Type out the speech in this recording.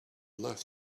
love